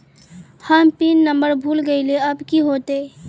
हम pin number भूल गलिऐ अब की होते?